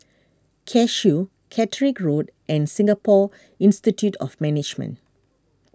Cashew Catterick Road and Singapore Institute of Management